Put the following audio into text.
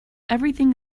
everything